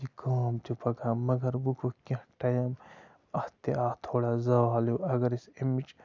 یہِ کٲم تہِ پَکان مگر وۄنۍ گوٚو کیٚنٛہہ ٹایَم اَتھ تہِ آو تھوڑا زوال ہیوٗ اَگر أسۍ امِچ